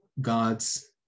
God's